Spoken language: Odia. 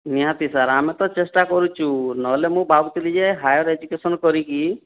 ନିହାତି ସାର୍ ଆମେ ତ ଚେଷ୍ଟା କରୁଛୁ ନହେଲେ ମୁଁ ଭାବୁଥିଲି ଯେ ହାଇଅର ଏଜୁକେସନ କରିକି